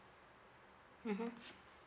mmhmm